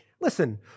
Listen